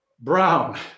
Brown